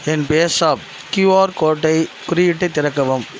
என் பேஸாப் கியூஆர் கோட்டை குறியீட்டை திறக்கவும்